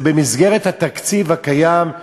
זה במסגרת התקציב הקיים,